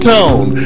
Tone